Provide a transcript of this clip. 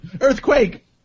Earthquake